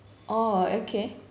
oh okay